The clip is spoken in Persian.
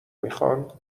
میخان